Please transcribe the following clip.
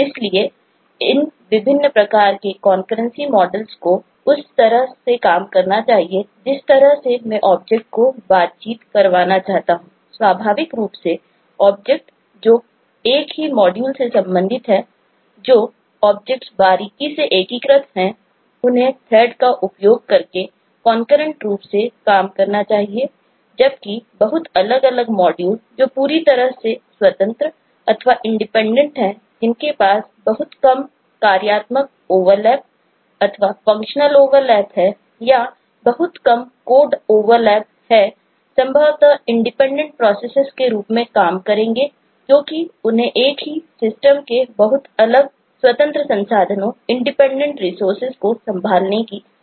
इसलिए इन विभिन्न प्रकार के कॉन्करेंसी मॉडल्स को संभालने की आवश्यकता होती है